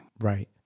Right